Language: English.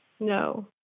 No